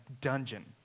dungeon